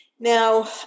Now